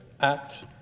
act